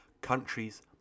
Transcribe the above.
countries